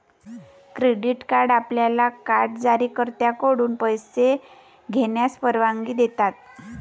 credit card आपल्याला card जारीकर्त्याकडून पैसे घेण्यास परवानगी देतात